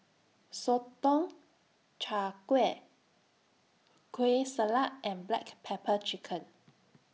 Sotong Char Kway Kueh Salat and Black Pepper Chicken